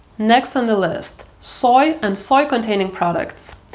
next on the list, soy and soy containing products.